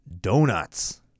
Donuts